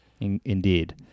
Indeed